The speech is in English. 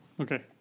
Okay